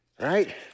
right